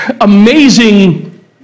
amazing